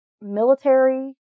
military